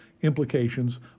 implications